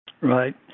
Right